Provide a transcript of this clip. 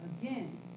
Again